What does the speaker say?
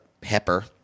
Pepper